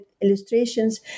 illustrations